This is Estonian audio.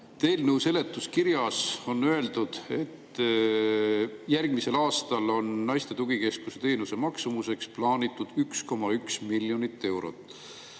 Eelnõu seletuskirjas on öeldud, et järgmisel aastal on naiste tugikeskuse teenuse maksumuseks plaanitud 1,1 miljonit eurot.